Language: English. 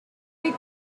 big